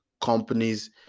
companies